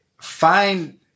find